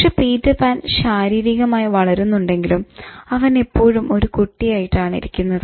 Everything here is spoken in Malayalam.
പക്ഷെ പീറ്റർ പാൻ ശാരീരികമായി വളരുന്നുണ്ടെങ്കിലും അവൻ എപ്പോഴും ഒരു കുട്ടിയായിട്ടാണ് ഇരിക്കുന്നത്